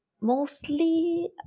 mostly